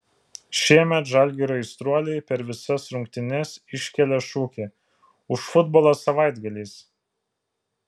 šiemet žalgirio aistruoliai per visas rungtynes iškelia šūkį už futbolą savaitgaliais